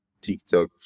TikTok